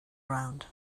round